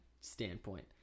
standpoint